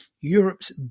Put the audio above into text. Europe's